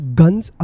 guns